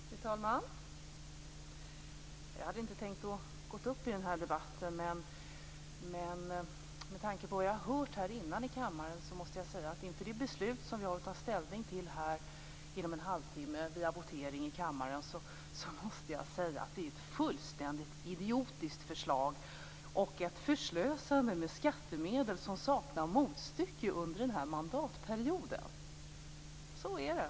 Fru talman! Jag hade egentligen inte tänkt gå upp i den här debatten. Men med tanke på vad jag har hört här tidigare i kammaren måste jag, inför det beslut som vi har att ta ställning till genom votering inom en halvtimme, säga att det är ett fullständigt idiotiskt förslag. Det är ett förslösande av skattemedel som saknar motstycke under den här mandatperioden. Så är det.